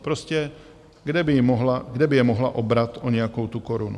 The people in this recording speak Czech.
Prostě kde by mohla, kde by je mohla obrat o nějakou tu korunu.